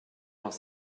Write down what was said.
vingt